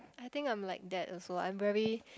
I think I'm like that also I'm very